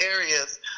areas